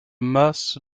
mas